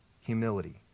humility